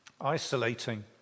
isolating